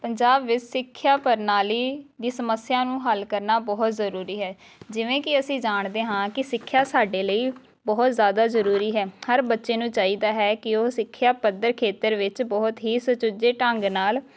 ਪੰਜਾਬ ਵਿੱਚ ਸਿੱਖਿਆ ਪ੍ਰਣਾਲੀ ਦੀ ਸਮੱਸਿਆ ਨੂੰ ਹੱਲ ਕਰਨਾ ਬਹੁਤ ਜ਼ਰੂਰੀ ਹੈ ਜਿਵੇਂ ਕਿ ਅਸੀਂ ਜਾਣਦੇ ਹਾਂ ਕਿ ਸਿੱਖਿਆ ਸਾਡੇ ਲਈ ਬਹੁਤ ਜ਼ਿਆਦਾ ਜ਼ਰੂਰੀ ਹੈ ਹਰ ਬੱਚੇ ਨੂੰ ਚਾਹੀਦਾ ਹੈ ਕਿ ਉਹ ਸਿੱਖਿਆ ਪੱਧਰ ਖੇਤਰ ਵਿੱਚ ਬਹੁਤ ਹੀ ਸੁਚੱਜੇ ਢੰਗ ਨਾਲ